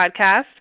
podcast